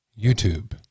YouTube